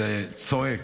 צועקת.